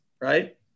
right